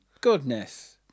goodness